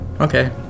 Okay